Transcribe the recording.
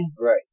Right